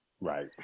right